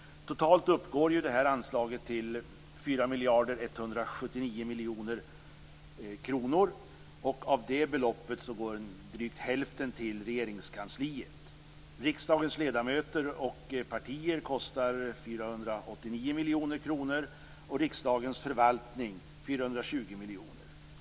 Totalt uppgår anslaget till 4,179 miljarder kronor. Av det beloppet går drygt hälften till Regeringskansliet. Riksdagens ledamöter och partier kostar 489 miljoner kronor och riksdagens förvaltning 420 miljoner kronor.